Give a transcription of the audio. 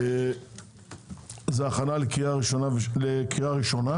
זה הכנה לקריאה ראשונה.